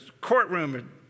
courtroom